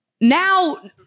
Now